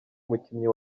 umukinnyi